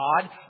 God